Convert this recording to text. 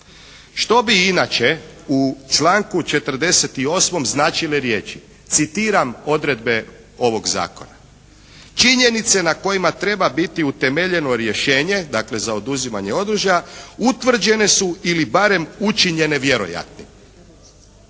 Što bi inače u članku 48. značile riječi citiram odredbe ovog zakona: "Činjenice na kojima treba biti utemeljeno rješenje", dakle za oduzimanje oružja "utvrđene su ili barem učinjene vjerojatnim.".